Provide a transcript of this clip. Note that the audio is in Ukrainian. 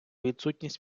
відсутність